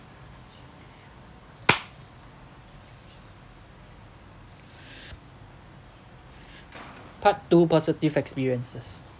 part two positive experiences